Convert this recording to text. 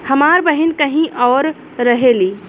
हमार बहिन कहीं और रहेली